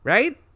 Right